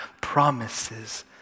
promises